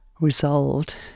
resolved